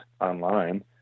online